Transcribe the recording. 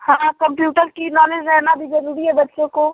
हाँ कंप्यूटर की नॉलेज रहना भी ज़रूरी है बच्चों को